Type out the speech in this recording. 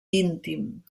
íntim